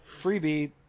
freebie